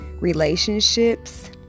relationships